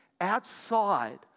outside